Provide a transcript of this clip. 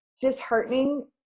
disheartening